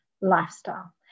lifestyle